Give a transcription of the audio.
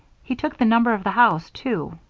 he took the number of the house, too.